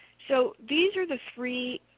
so these are the three